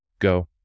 Go